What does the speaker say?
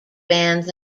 bands